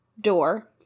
door